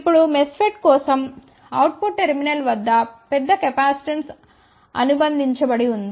ఇప్పుడు MESFET కోసం output terminal వద్ద పెద్ద కెపాసిటెన్స్ అనుబంధించబడింది